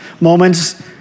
moments